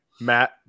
Matt